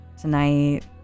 tonight